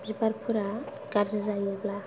बिबारफोरा गाज्रि जायोब्ला